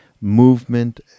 movement